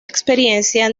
experiencia